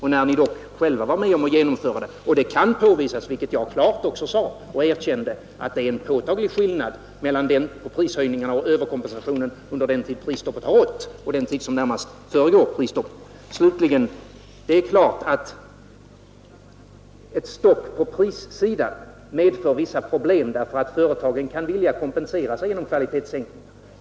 Ni var dock själva med om att genomföra det, och det kan påvisas — vilket jag klart erkände — att det är en påtaglig skillnad mellan prishöjningen och överkompensationen under den tid prisstoppet har rått och under den tid som närmast föregick prisstoppet. Det är klart att ett stopp på prissidan medför vissa problem, därför att företagen kan vilja kompensera sig genom kvalitetssänkningar.